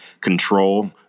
control